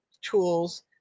tools